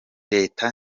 leta